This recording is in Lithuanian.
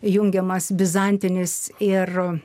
jungiamas bizantinis ir